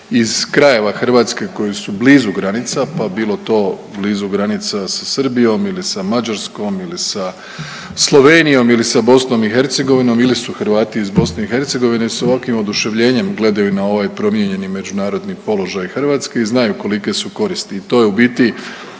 iz krajeva Hrvatske koji su blizu granica pa bilo to blizu granica sa Srbijom ili sa Mađarskom ili sa Slovenijom ili sa BiH ili su Hrvati iz BiH sa ovakvim oduševljenjem gledaju na ovaj promijenjeni međunarodni položaj Hrvatske i znaju kolike su koristi. I to je u biti